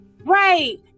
Right